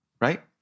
right